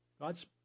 God's